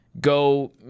go